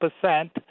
percent